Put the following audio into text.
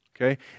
Okay